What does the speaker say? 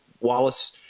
Wallace